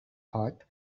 hot